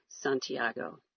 Santiago